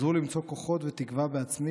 עזרו לי למצוא כוחות ותקווה בעצמי